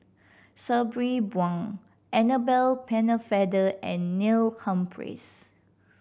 Sabri Buang Annabel Pennefather and Neil Humphreys